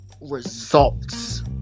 results